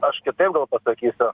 aš kitaip gal pasakysiu